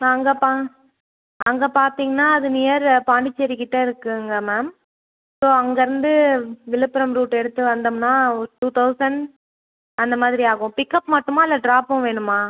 நான் அங்கே பா அங்கே பார்த்தீங்கன்னா அது நியர் பாண்டிச்சேரிக் கிட்டே இருக்குங்க மேம் ஸோ அங்கிருந்து விழுப்புரம் ரூட்டு எடுத்து வந்தோம்னால் ஒரு டூ தௌசண்ட் அந்த மாதிரி ஆகும் பிக்கப் மட்டுமா இல்லை ட்ராப்பும் வேணுமா